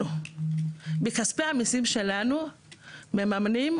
מכספי המיסים שלנו אנחנו מממנים